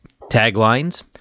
Taglines